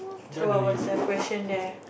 so what was the question there